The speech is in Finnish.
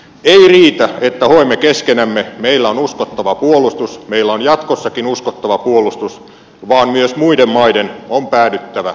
ei riitä että hoemme keskenämme meillä on uskottava puolustus meillä on jatkossakin uskottava puolustus vaan myös muiden maiden on päädyttävä tähän tulokseen